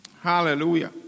Hallelujah